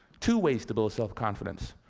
two ways to build self-confidence.